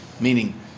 meaning